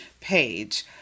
page